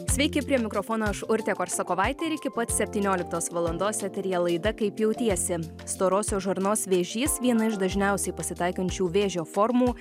sveiki prie mikrofono aš urtė korsakovaitė ir iki pat septynioliktos valandos eteryje laida kaip jautiesi storosios žarnos vėžys viena iš dažniausiai pasitaikančių vėžio formų